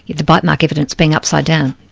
the bite mark evidence being upside-down.